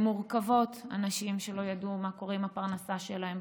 מורכבות: אנשים שלא ידעו מה קורה עם הפרנסה שלהם,